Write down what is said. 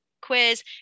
quiz